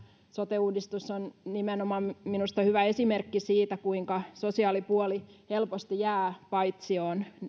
sote uudistus on minusta nimenomaan hyvä esimerkki aiemmilta vuosilta siitä kuinka sosiaalipuoli helposti jää paitsioon